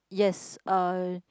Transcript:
yes uh